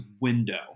window